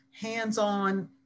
hands-on